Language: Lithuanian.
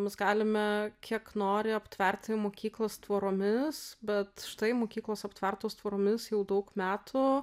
mes galime kiek nori aptverti mokyklas tvoromis bet štai mokyklos aptvertos tvoromis jau daug metų